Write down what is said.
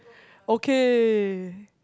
okay